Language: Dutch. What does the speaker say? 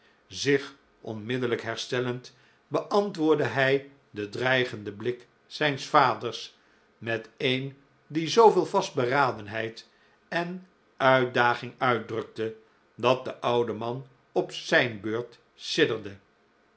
zich onmiddellijk herstellend beantwoordde hij den dreigenden blik zijns vaders met een die zooveel vastberadenheid en uitdaging uitdrukte dat de oude man op zijn beurt